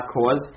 cause